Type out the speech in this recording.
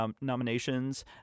nominations